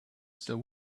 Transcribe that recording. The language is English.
still